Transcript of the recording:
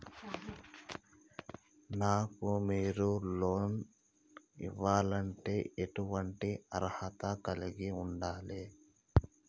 నాకు మీరు లోన్ ఇవ్వాలంటే ఎటువంటి అర్హత కలిగి వుండాలే?